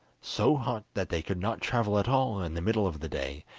so hot that they could not travel at all in the middle of the day,